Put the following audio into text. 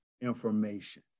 information